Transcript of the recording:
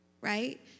right